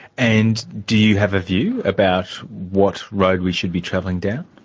and do you have a view about what road we should be travelling down?